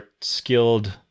skilled